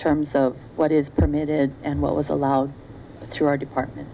terms of what is permitted and what was allowed through our department